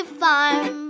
farm